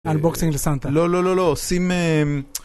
אנבוקסינג לסנטה. לא, לא, לא, לא, שים...